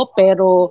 pero